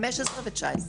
2015 ו-2019.